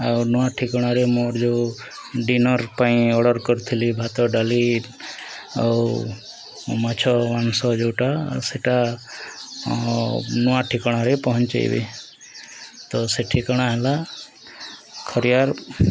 ଆଉ ନୂଆ ଠିକଣାରେ ମୋର ଯୋଉ ଡ଼ିନର୍ ପାଇଁ ଅର୍ଡ଼ର୍ କରିଥିଲି ଭାତ ଡ଼ାଲି ଆଉ ମାଛ ମାଂସ ଯେଉଁଟା ସେଟା ନୂଆ ଠିକଣାରେ ପହଞ୍ଚେଇବେ ତ ସେ ଠିକଣା ହେଲା ଖରିଆର